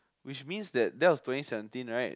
which means that that was twenty seventeen right